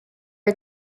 are